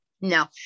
no